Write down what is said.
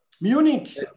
Munich